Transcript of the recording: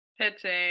pitching